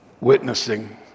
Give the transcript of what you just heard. Witnessing